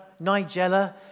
Nigella